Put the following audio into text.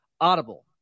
audible